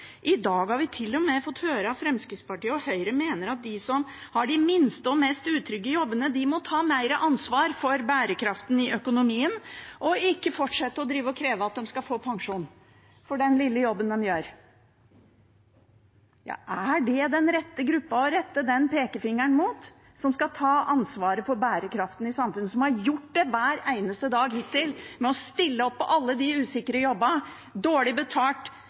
I dag har vi til og med fått høre at Fremskrittspartiet og Høyre mener at de som har de minste og mest utrygge jobbene, må ta mer ansvar for bærekraften i økonomien og ikke fortsette å kreve at de skal få pensjon for den lille jobben de gjør. Er det den rette gruppa å rette pekefingeren mot, som skal ta ansvaret for bærekraften i samfunnet, som har gjort det hver eneste dag hittil, ved å stille opp på alle de usikre jobbene – dårlig betalt,